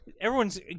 Everyone's